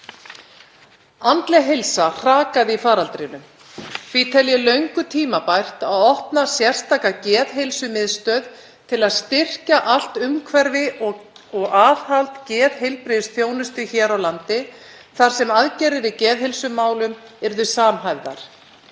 Andlegri heilsu hrakaði í faraldrinum. Því tel ég löngu tímabært að opna sérstaka geðheilsumiðstöð til að styrkja allt umhverfi og aðhald geðheilbrigðisþjónustu hér á landi þar sem aðgerðir í geðheilsumálum yrðu samhæfðar.